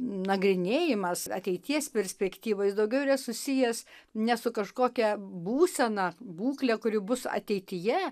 nagrinėjimas ateities perspektyva jis daugiau yra susijęs ne su kažkokia būsena būkle kuri bus ateityje